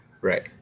right